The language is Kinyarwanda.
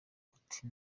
buti